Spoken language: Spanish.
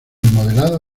modelado